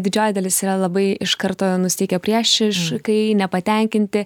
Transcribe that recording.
didžioji dalis yra labai iš karto nusiteikę priešiškai nepatenkinti